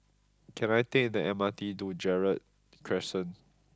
can I take the M R T to Gerald Crescent